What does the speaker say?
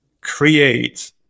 create